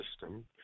system